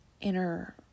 inner